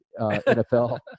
NFL